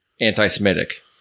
anti-semitic